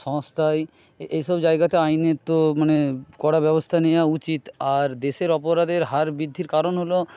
সংস্থায় এইসব জায়গাতে আইনের তো মানে কড়া ব্যবস্থা নেওয়া উচিত আর দেশের অপরাধের হার বৃদ্ধির কারণ হল